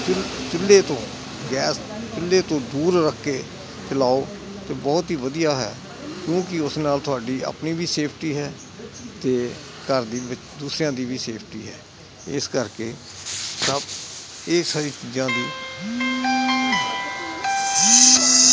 ਚੁ ਚੁੱਲੇ ਤੋਂ ਗੈਸ ਚੁੱਲੇ ਤੋਂ ਦੂਰ ਰੱਖ ਕੇ ਚਲਾਓ ਅਤੇ ਬਹੁਤ ਹੀ ਵਧੀਆ ਹੈ ਕਿਉਂਕਿ ਉਸ ਨਾਲ ਤੁਹਾਡੀ ਆਪਣੀ ਵੀ ਸੇਫਟੀ ਹੈ ਅਤੇ ਘਰ ਦੀ ਦੂਸਰਿਆਂ ਦੀ ਵੀ ਸੇਫਟੀ ਹੈ ਇਸ ਕਰਕੇ ਸਭ ਇਸ ਸਾਰੀ ਚੀਜ਼ਾਂ ਦੀ